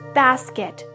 basket